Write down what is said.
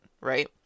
right